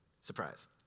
Surprise